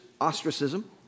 ostracism